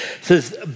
says